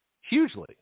Hugely